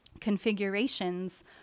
configurations